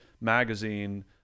magazine